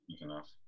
enough